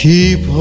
Keep